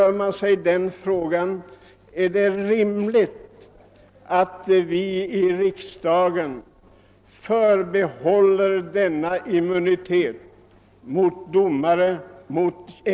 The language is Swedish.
Då reser sig frågan: Är det rimligt att vi här i riksdagen förbehåller domare och ämbetsmän immunitet?